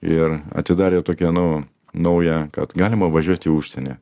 ir atidarė tokią nu naują kad galima važiuot į užsienį